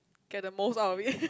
get the most out of it